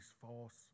false